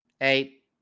Eight